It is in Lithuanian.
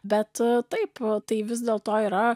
bet taip tai vis dėlto yra